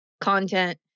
content